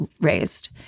raised